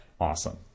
awesome